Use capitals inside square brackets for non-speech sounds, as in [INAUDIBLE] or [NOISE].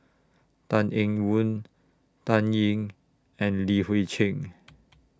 Tan Eng [UNINTELLIGIBLE] Tan Ying and Li Hui Cheng